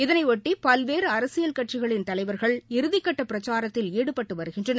இதனையொட்டி பல்வேறு அரசியல் கட்சிகளின் தலைவர்கள் இறுதிக்கட்ட பிரச்சாரத்தில் ஈடுபட்டு வருகின்றனர்